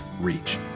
reach